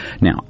Now